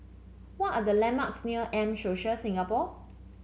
what are the landmarks near M Social Singapore